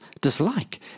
dislike